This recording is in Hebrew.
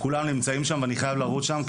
כולם נמצאים שם ואני חייב לרוץ לשם,